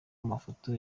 amafoto